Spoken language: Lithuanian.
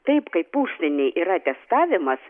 taip kaip užsieny yra testavimas